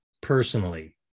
personally